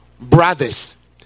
brothers